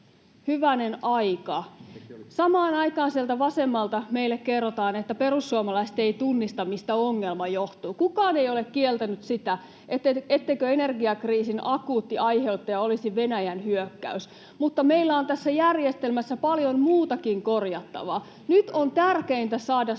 hyvänen aika. Samaan aikaan sieltä vasemmalta meille kerrotaan, että perussuomalaiset eivät tunnista, mistä ongelma johtuu. Kukaan ei ole kieltänyt sitä, etteikö energiakriisin akuutti aiheuttaja olisi Venäjän hyökkäys, mutta meillä on tässä järjestelmässä paljon muutakin korjattavaa. Nyt on tärkeintä saada sähkön